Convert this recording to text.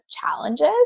challenges